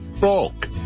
Bulk